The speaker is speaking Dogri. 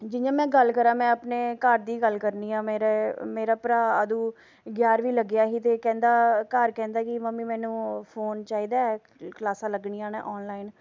जियां में गल्ल करां में अपने घार दी गल्ल करनी आं मेरे मेरा भ्राऽ अदूं ग्यारमीं लग्गेआ ही ते कैंह्दा घार कैंह्दा कि मम्मी मैनू फोन चाहिदा ऐ क्लासां लग्गनियां न आनलाइन